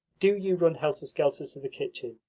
do you run helter-skelter to the kitchen,